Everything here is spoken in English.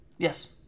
Yes